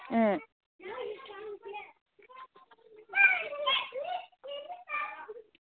ꯎꯝ